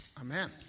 amen